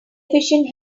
efficient